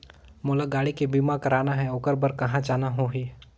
मोला गाड़ी के बीमा कराना हे ओकर बार कहा जाना होही?